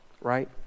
Right